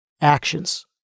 actions